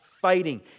fighting